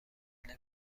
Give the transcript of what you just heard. عجله